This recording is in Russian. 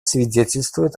свидетельствует